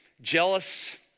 Jealous